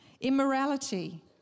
immorality